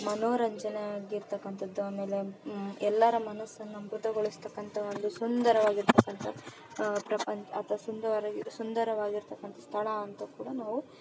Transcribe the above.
ಮನರಂಜನೆ ಆಗಿರ್ತಾಕ್ಕಂಥದ್ದು ಆಮೇಲೆ ಎಲ್ಲಾರ ಮನಸ್ಸನ್ನ ಮುದಗೋಳಿಸ್ತಕ್ಕಂಥ ಒಂದು ಸುಂದರವಾಗಿರ್ತಕ್ಕಂತ ಪ್ರಪನ್ ಅಥ್ವ ಸುಂದರವಾಗಿರ್ತಕ್ಕಂಥ ಸ್ಥಳ ಅಂತ ಕೂಡ ನಾವು